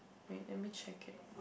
wait let me check it